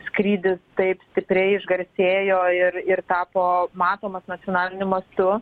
skrydis taip stipriai išgarsėjo ir ir tapo matomas nacionaliniu mastu